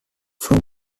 from